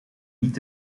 niet